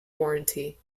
warranty